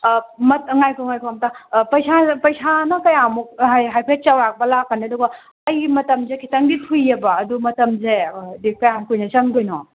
ꯑꯥ ꯉꯥꯏꯈꯣ ꯉꯥꯏꯈꯣ ꯑꯝꯇ ꯄꯩꯁꯥꯅ ꯀꯌꯥꯃꯨꯛ ꯍꯥꯏꯐꯦꯠ ꯆꯥꯎꯔꯥꯛꯄ ꯂꯥꯛꯀꯅꯤ ꯑꯗꯨꯒ ꯑꯩꯒꯤ ꯃꯇꯝꯁꯦ ꯈꯤꯇꯪꯗꯤ ꯊꯨꯏꯑꯦꯕ ꯑꯗꯨ ꯃꯇꯝꯁꯦ ꯀꯌꯥꯝ ꯀꯨꯏꯅ ꯆꯪꯗꯣꯏꯅꯣ